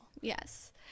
yes